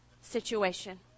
situation